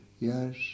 Yes